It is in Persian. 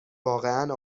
واقعا